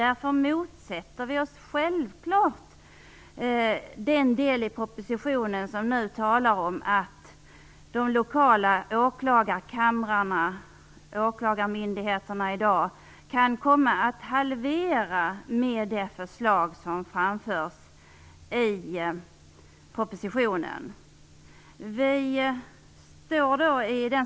Därför motsätter vi oss självklart den del i propositionen som nu talar om att antalet lokala åklagarkamrar - i dag åklagarmyndigheter - kan komma att halveras med det förslag som framförs i propositionen.